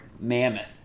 mammoth